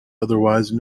otherwise